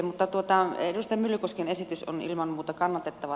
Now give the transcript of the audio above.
mutta edustaja myllykosken esitys on ilman muuta kannatettava